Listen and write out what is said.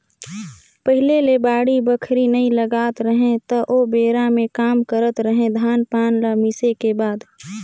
पहिले ले बाड़ी बखरी नइ लगात रहें त ओबेरा में का करत रहें, धान पान ल मिसे के बाद